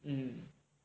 mm